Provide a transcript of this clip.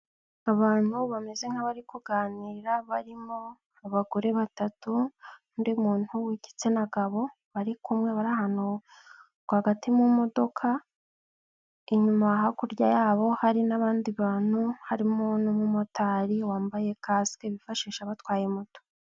Abantu bameze nk'abari kuganira barimo abagore batatu, undi muntu w'igitsina gabo bari kumwe bari ahantu rwagati mu modoka, inyuma hakurya yabo hari n'abandi bantu, harimo n'umumotari wambaye kasike bifashisha batwaye moto.